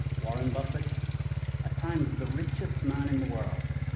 warren buffett at time is is the richest man in the world.